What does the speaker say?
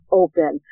open